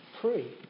free